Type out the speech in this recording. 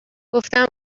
گفتم